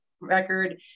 record